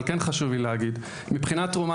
אבל כן חשוב לי להגיד: מבחינת תרומה